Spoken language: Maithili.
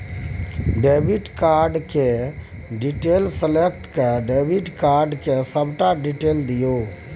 डेबिट कार्ड केर डिटेल सेलेक्ट कए डेबिट कार्ड केर सबटा डिटेल दियौ